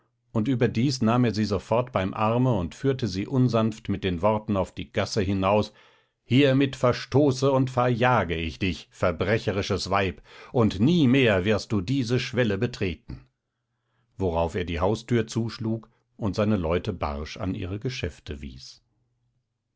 und überdies nahm er sie sofort beim arme und führte sie unsanft mit den worten auf die gasse hinaus hiemit verstoße und verjage ich dich verbrecherisches weib und nie mehr wirst du diese schwelle betreten worauf er die haustür zuschlug und seine leute barsch an ihre geschäfte wies